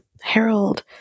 Harold